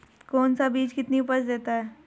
कौन सा बीज कितनी उपज देता है?